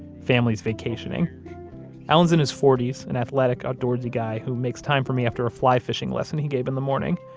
families vacationing allen's in his forty s, an athletic, outdoorsy guy who makes time for me after a fly fishing lesson he gave in the morning.